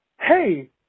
hey